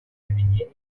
обвинения